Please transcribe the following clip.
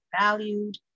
valued